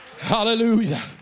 hallelujah